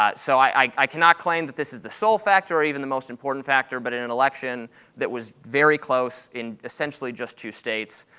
ah so i i cannot claim that this is the sole factor or even the most important factor, but in an election that was very close in, essentially, just two states,